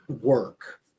work